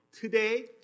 today